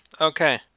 Okay